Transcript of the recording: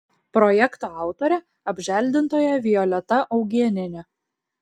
projekto autorė apželdintoja violeta augėnienė